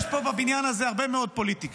יש פה בבניין הזה הרבה מאוד פוליטיקה,